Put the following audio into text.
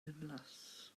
ddiflas